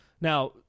Now